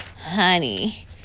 honey